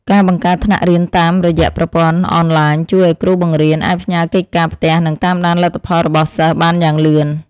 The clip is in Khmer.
ការបង្កើតថ្នាក់រៀនតាមរយៈប្រព័ន្ធអនឡាញជួយឱ្យគ្រូបង្រៀនអាចផ្ញើកិច្ចការផ្ទះនិងតាមដានលទ្ធផលរបស់សិស្សបានយ៉ាងលឿន។